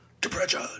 depression